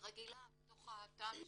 תוך כדי.